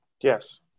yes